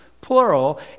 plural